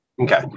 Okay